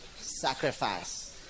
sacrifice